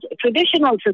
traditional